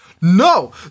No